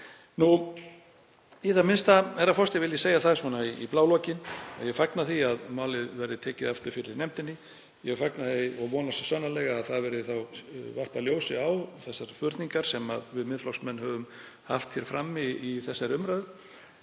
Í það minnsta, herra forseti, vil ég segja það svona í blálokin að ég fagna því að málið verði tekið aftur fyrir í nefndinni. Ég fagna því og vona svo sannarlega að þá verði varpað ljósi á þessar spurningar sem við Miðflokksmenn höfum lagt fram í þessari umræðu.